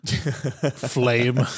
Flame